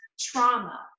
trauma